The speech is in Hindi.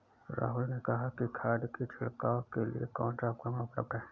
राहुल ने कहा कि खाद की छिड़काव के लिए कौन सा उपकरण उपलब्ध है?